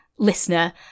listener